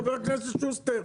חבר הכנסת שוסטר.